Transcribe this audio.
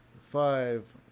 Five